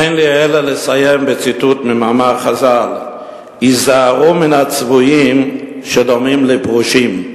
אין לי אלא לסיים בציטוט מאמר חז"ל: היזהרו מן הצבועים שדומים לפרושים,